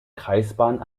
kreisbahnen